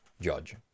judge